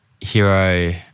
Hero